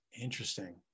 Interesting